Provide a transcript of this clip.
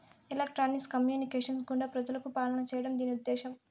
electronics communications గుండా ప్రజలకు పాలన చేయడం దీని ఉద్దేశం